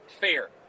fair